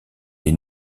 les